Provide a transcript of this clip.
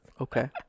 okay